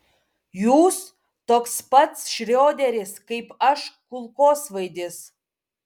jūs toks pat šrioderis kaip aš kulkosvaidis